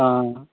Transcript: ஆ ஆ